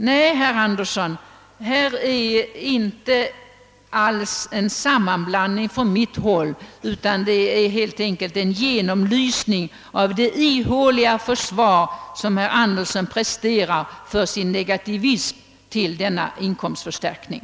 Nej, herr Anderson, jag har inte alls gjort någon sammanblandning, utan helt enkelt en genomlysning av det ihåliga försvar som herr Anderson presterar för sin negativism inför denna inkomstförstärkning.